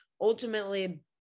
ultimately